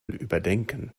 überdenken